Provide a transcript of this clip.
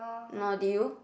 no do you